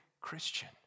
Christian